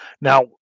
Now